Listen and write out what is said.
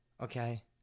Okay